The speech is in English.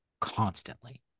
constantly